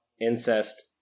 incest